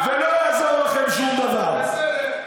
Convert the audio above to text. ולא יעזור לכם שום דבר.